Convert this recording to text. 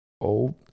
old